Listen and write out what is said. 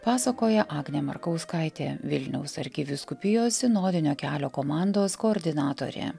pasakoja agnė markauskaitė vilniaus arkivyskupijos sinodinio kelio komandos koordinatorė